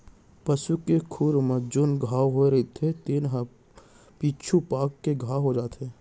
पसू के खुर म जेन घांव होए रइथे तेने ह पीछू पाक के घाव हो जाथे